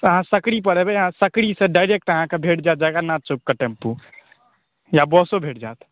तऽ अहाँ सकरी पर एबए सकरीसंँ डायरेक्ट अहाँके भेंट जाएत जगन्नाथ चौकके टेम्पो या बसो भेंट जाएत